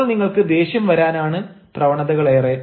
അപ്പോൾ നിങ്ങൾക്ക് ദേഷ്യം വരാനാണ് പ്രവണതകളേറെ